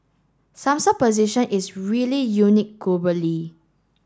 Samsung position is really unique globally